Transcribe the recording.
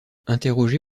interrogé